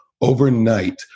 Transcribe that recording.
Overnight